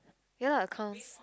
ya lah accounts